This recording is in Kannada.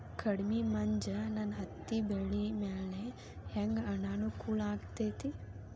ಕಡಮಿ ಮಂಜ್ ನನ್ ಹತ್ತಿಬೆಳಿ ಮ್ಯಾಲೆ ಹೆಂಗ್ ಅನಾನುಕೂಲ ಆಗ್ತೆತಿ?